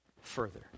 further